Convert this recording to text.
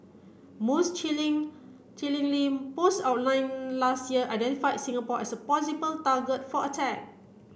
most chilling chillingly posts online last year identified Singapore as a possible target for attack